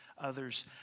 others